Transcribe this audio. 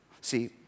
See